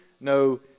no